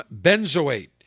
benzoate